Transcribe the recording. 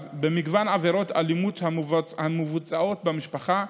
במגוון עבירות אלימות המבוצעות במשפחה,